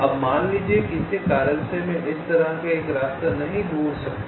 अब मान लीजिए किसी कारण से मैं इस तरह से एक रास्ता नहीं ढूँढ सकता